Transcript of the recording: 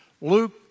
Luke